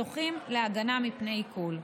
זוכים להגנה מפני עיקול.